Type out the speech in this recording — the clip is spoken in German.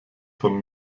von